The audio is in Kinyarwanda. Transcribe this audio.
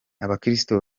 abakirisitu